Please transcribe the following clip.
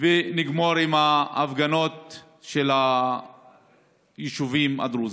ונגמור עם ההפגנות של היישובים הדרוזיים.